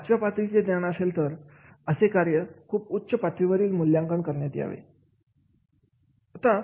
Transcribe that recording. जर पाचव्या पातळीचे ज्ञान गरजेचे असेल तर असे कार्य खूप उच्च पातळीवर मूल्यांकन करण्यात यावे